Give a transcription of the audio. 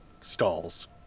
stalls